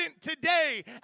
today